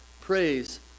praise